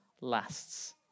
lasts